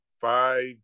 five